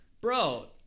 Bro